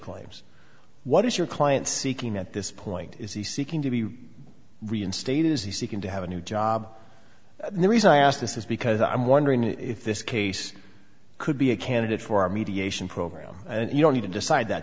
claims what is your client seeking at this point is he seeking to be reinstated is he seeking to have a new job and the reason i ask this is because i'm wondering if this case could be a candidate for our mediation program and you don't need to decide that